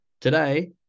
Today